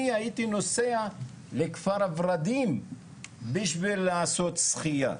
אני הייתי נוסע לכפר ורדים בשביל לעשות שחיה.